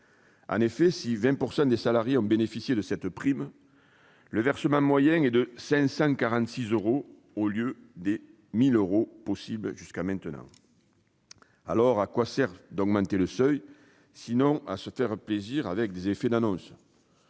En effet, si 20 % des salariés en ont bénéficié, le versement moyen est de 546 euros, au lieu des 1 000 euros possibles jusqu'à maintenant. Alors, à quoi sert d'augmenter le seuil, sinon à se faire plaisir avec des effets d'annonce ?